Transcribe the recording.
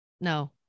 No